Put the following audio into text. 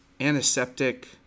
antiseptic